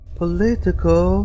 political